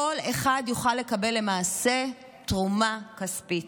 כל אחד יוכל לקבל למעשה תרומה כספית.